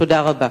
תודה רבה.